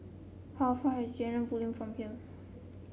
how far is Jalan Basong from here